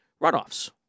runoffs